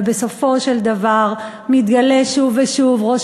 ובסופו של דבר מתגלה שוב ושוב ראש